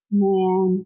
man